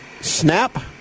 snap